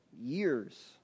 years